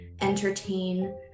entertain